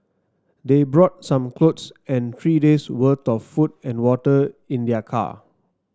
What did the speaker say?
they brought some clothes and three days worth of food and water in their car